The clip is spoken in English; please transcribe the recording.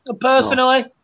personally